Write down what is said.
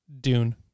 Dune